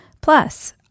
Plus